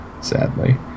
Sadly